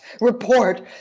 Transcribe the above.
report